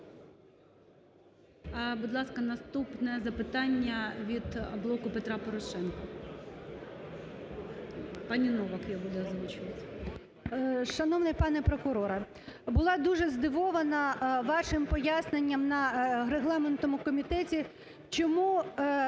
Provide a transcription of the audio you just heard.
Будь ласка, наступне запитання від "Блоку Петра Порошенка" пан Новак її буде озвучувати. 17:34:03 НОВАК Н.В. Шановний пане прокуроре, була дуже здивована вашим поясненням на регламентному комітеті. Чому